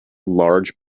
large